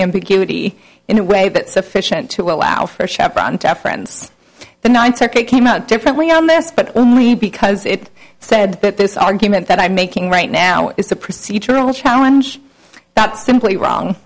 impunity in a way that sufficient to allow for chevron deference the ninth circuit came out differently on this but only because it said that this argument that i'm making right now is a procedural challenge that simply wrong